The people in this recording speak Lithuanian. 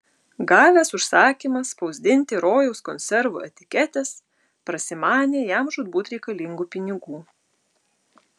gavęs užsakymą spausdinti rojaus konservų etiketes prasimanė jam žūtbūt reikalingų pinigų